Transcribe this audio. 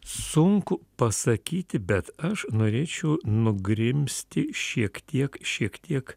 sunku pasakyti bet aš norėčiau nugrimzti šiek tiek šiek tiek